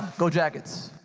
go jackets!